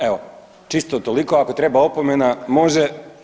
Evo čisto toliko, ako treba opomena može.